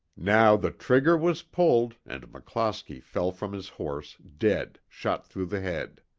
now the trigger was pulled and mcclosky fell from his horse, dead, shot through the head.